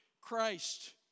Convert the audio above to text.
Christ